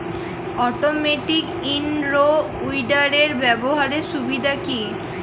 Automatic in row উইডারের ব্যবহারের সুবিধা কি?